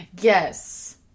Yes